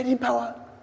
power